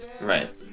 Right